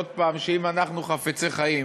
עוד פעם: אם אנחנו חפצי חיים,